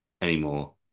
anymore